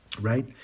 Right